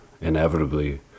inevitably